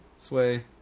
Sway